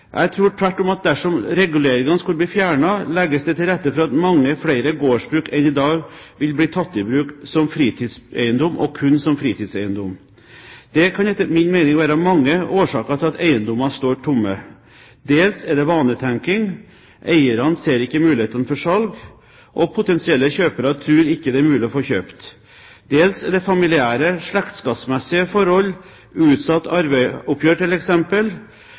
Jeg tror tvert om at dersom reguleringene skulle bli fjernet, legges det til rette for at mange flere gårdsbruk enn i dag vil bli tatt i bruk som fritidseiendom, og kun som fritidseiendom. Det kan etter min mening være mange årsaker til at eiendommer står tomme. Dels er det vanetenkning – eierne ser ikke mulighetene for salg, og potensielle kjøpere tror ikke det er mulig å få kjøpt. Dels er det familiære, slektskapsmessige, forhold, utsatt